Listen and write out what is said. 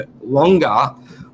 longer